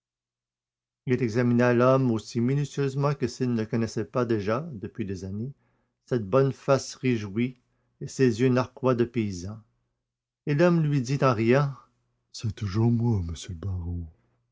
il examina l'homme aussi minutieusement que s'il ne connaissait pas déjà depuis des années cette bonne face réjouie et ces yeux narquois de paysan et l'homme lui dit en riant c'est toujours moi monsieur le baron